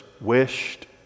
wished